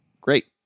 Great